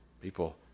people